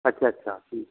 ਅੱਛਾ ਅੱਛਾ ਠੀਕ ਹੈ